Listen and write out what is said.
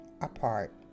apart